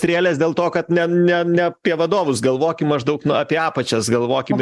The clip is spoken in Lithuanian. strėles dėl to kad ne ne ne apie vadovus galvokim maždaug apie apačias galvokim